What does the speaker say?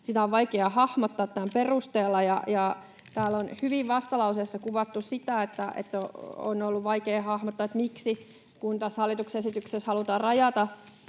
Sitä on vaikea hahmottaa tämän perusteella. Täällä vastalauseessa on hyvin kuvattu sitä, että on ollut vaikea hahmottaa, miksi tässä hallituksen esityksessä halutaan rajata